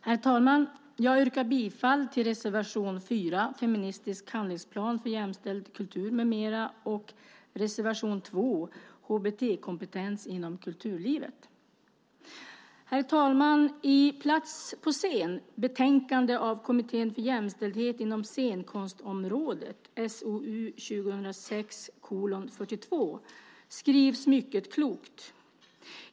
Herr talman! Jag yrkar bifall till reservation 4, Feministisk handlingsplan för jämställd kultur m.m., och reservation 2, HBT-kompetens inom kulturlivet. Herr talman! I Plats på scen , betänkande av Kommittén för jämställdhet inom scenkonstområdet, SOU 2006:42, skrivs mycket klokt.